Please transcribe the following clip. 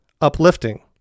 uplifting